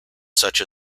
such